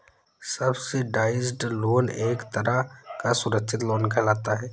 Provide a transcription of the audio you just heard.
subsidised loan एक तरह का सुरक्षित लोन कहलाता है